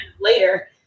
later